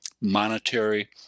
monetary